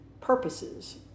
purposes